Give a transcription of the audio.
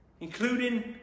including